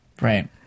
Right